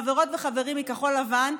חברות וחברים מכחול לבן,